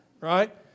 right